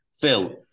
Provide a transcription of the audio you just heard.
Phil